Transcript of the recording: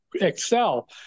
excel